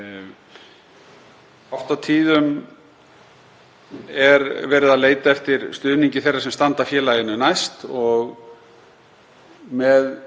á tíðum er verið að leita eftir stuðningi þeirra sem standa félaginu næst. Með